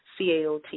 CAOT